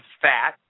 fat